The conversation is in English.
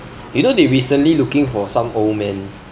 you know they recently looking for some old man